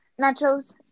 nachos